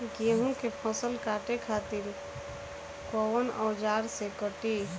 गेहूं के फसल काटे खातिर कोवन औजार से कटी?